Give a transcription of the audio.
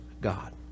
God